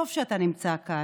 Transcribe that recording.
טוב שאתה נמצא כאן,